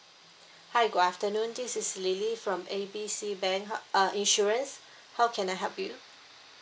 hi good afternoon this is lily from A B C bank uh uh insurance how can I help you